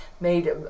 made